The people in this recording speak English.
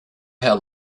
how